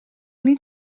niet